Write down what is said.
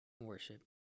Worship